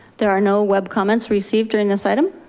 there are no web comments received during this item.